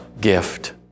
gift